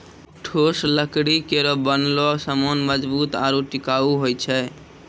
ठोस लकड़ी केरो बनलो सामान मजबूत आरु टिकाऊ होय छै